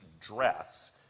dress